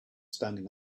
standing